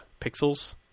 pixels